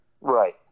Right